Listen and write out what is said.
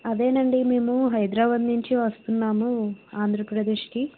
అదేనండి మేము హైదరాబాదు నుంచి వస్తున్నాము ఆంధ్రప్రదేశ్కి